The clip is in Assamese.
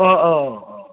অঁ অঁ অঁ অঁ